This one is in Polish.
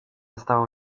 stawał